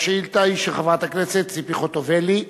והשאילתא היא של חברת הכנסת ציפי חוטובלי,